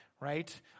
right